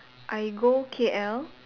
I go K_L